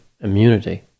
immunity